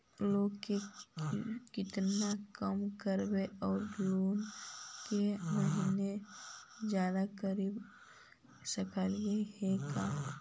Loan के किस्त कम कराके औ लोन के महिना जादे करबा सकली हे का?